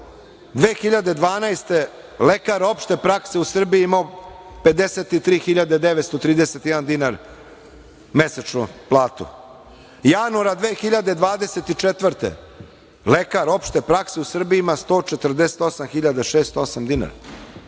godine lekar opšte prakse u Srbiji je imao 53.931 dinar mesečno platu, januara 2024. godine lekar opšte prakse u Srbiji ima 148.608 dinara,